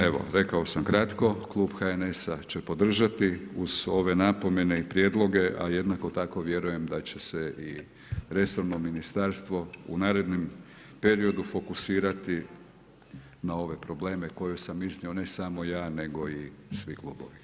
Evo, rekao sam kratko, Klub HNS-a će podržati, uz ove napomene i prijedloge, a jednako tako vjerujem, da će se i resorno ministarstvo u narednim periodu fokusirati na ove probleme koje sam iznio ne samo ja, nego i svi klubovi.